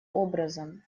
образом